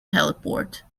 heliport